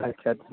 ਛਾ ਅੱਛ